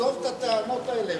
עזוב את הטענות האלה,